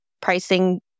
pricing